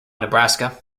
nebraska